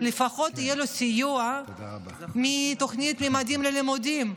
לפחות יהיה לו סיוע מתוכנית ממדים ללימודים.